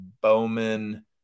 Bowman